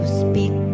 speak